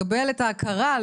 לקבל את ההכרה,